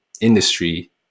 industry